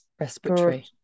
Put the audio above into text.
Respiratory